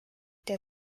der